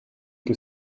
que